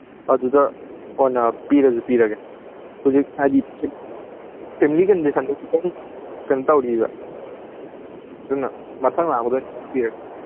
ꯑꯗꯨꯗ ꯀꯣꯟꯅ ꯄꯤꯔꯁꯨ ꯄꯤꯔꯒꯦ ꯍꯧꯖꯤꯛ ꯍꯥꯏꯗꯤ ꯐꯦꯃꯤꯂꯤ ꯀꯟꯗꯤꯁꯟꯗꯨ ꯈꯤꯇꯪ ꯀꯩꯅꯣ ꯇꯧꯔꯤꯕ ꯑꯗꯨꯅ ꯃꯊꯪ ꯂꯥꯛꯄꯗ ꯑꯣꯏ ꯄꯤꯔꯒꯦ